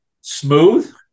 smooth